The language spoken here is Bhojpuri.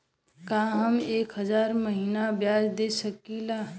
का हम एक हज़ार महीना ब्याज दे सकील?